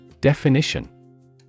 Definition